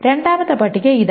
രണ്ടാമത്തെ പട്ടിക ഇതാണ്